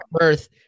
Earth